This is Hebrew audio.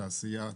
התעשייה,